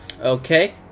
Okay